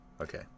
Okay